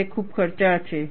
તે ખૂબ ખર્ચાળ છે